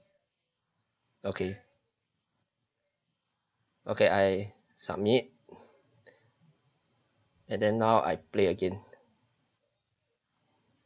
okay okay I submit and then now I play again